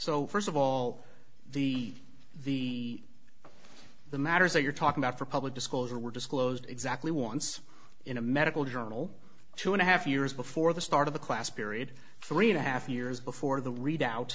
so first of all the the the matters that you're talking about for public disclosure were disclosed exactly once in a medical journal two and a half years before the start of the class period three and a half years before the